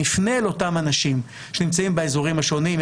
נפנה לאותם אנשים שנמצאים באזורים השונים,